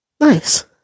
nice